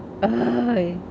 ugh !oi!